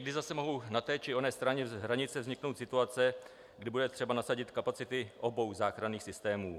Někdy zase mohou na té či oné straně hranice vzniknout situace, kdy bude třeba nasadit kapacity obou záchranných systémů.